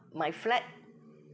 my flat